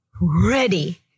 ready